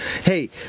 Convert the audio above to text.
Hey